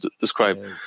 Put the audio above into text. describe